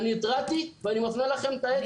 אני התרעתי ואני מפנה אליכם את האצבע.